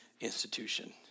institution